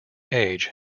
age